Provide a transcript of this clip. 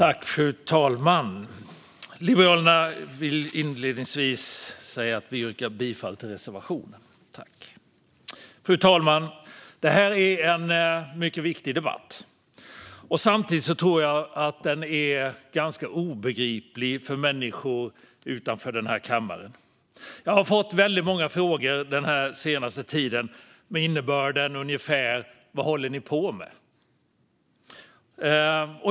Fru talman! Inledningsvis yrkar vi från Liberalerna bifall till reservationen. Fru talman! Detta är en mycket viktig debatt. Samtidigt tror jag att den är ganska obegriplig för människor utanför denna kammare. Jag har fått väldigt många frågor den senaste tiden med ungefär innebörden: Vad håller ni på med?